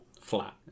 flat